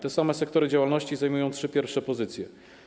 Te same sektory działalności zajmują trzy pierwsze pozycje.